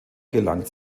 gelangt